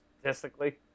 statistically